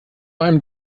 einem